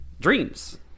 dreams